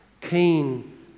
keen